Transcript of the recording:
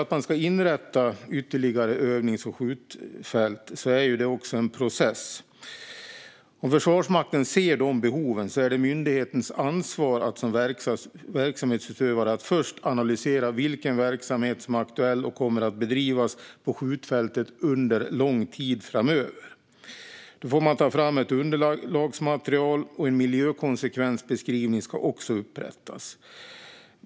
Om man ska inrätta ytterligare övnings och skjutfält är detta en process. Om Försvarsmakten ser de behoven är det myndighetens ansvar att som verksamhetsutövare först analysera vilken verksamhet som är aktuell och kommer att bedrivas på skjutfältet under lång tid framöver. Man får ta fram ett underlagsmaterial, och en miljökonsekvensbeskrivning ska också upprättas.